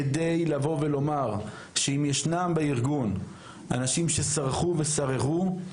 כדי לומר שאם ישנם בארגון אנשים שסרחו וסררו,